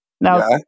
Now